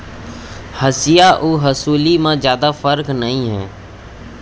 हँसिया अउ हँसुली म जादा फरक नइये